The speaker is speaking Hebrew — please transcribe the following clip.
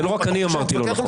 אז זה לא רק אני אמרתי לא נכון,